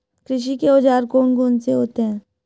कृषि के औजार कौन कौन से होते हैं?